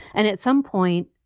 and at some point,